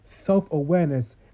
self-awareness